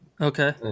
okay